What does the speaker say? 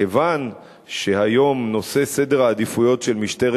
כיוון שהיום נושא סדר העדיפויות של משטרת